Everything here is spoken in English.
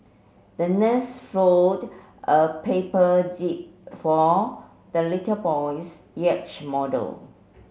the nurse fold a paper jib for the little boy's yacht model